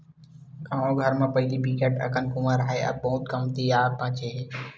गाँव घर म पहिली बिकट अकन कुँआ राहय अब बहुते कमती बाचे हे